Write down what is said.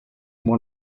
more